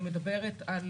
אני מדברת על